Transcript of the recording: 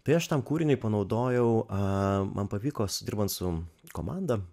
tai aš tam kūriniui panaudojau man pavyko su dirbant su komanda